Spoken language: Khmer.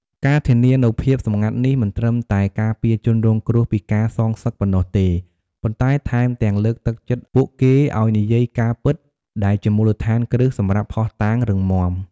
ការធានានូវភាពសម្ងាត់នេះ មិនត្រឹមតែការពារជនរងគ្រោះពីការសងសឹកប៉ុណ្ណោះទេ ប៉ុន្តែថែមទាំងលើកទឹកចិត្តពួកគេឲ្យនិយាយការពិត ដែលជាមូលដ្ឋានគ្រឹះសម្រាប់ភស្តុតាងរឹងមាំ។